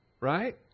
Right